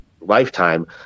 lifetime